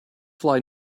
fly